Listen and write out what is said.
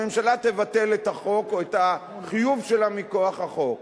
הממשלה תבטל את החוק או את החיוב שלה מכוח החוק.